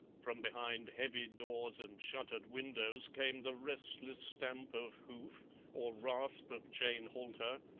from behind heavy doors and shuttered windows came the restless stamp of hoof or rasp of chain halter,